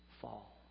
fall